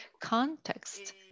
context